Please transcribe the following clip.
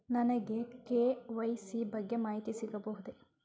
ನನಗೆ ಕೆ.ವೈ.ಸಿ ಬಗ್ಗೆ ಮಾಹಿತಿ ಸಿಗಬಹುದೇ?